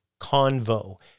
Convo